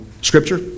scripture